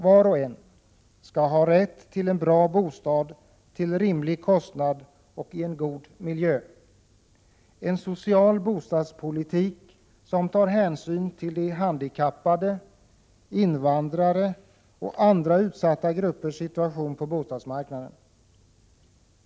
Var och en skall ha rätt till en bra bostad till rimlig kostnad och i en god miljö. En social bostadspolitik skall ta hänsyn till handikappade, invandrare och andra utsatta gruppers situation på bostadsmarknaden.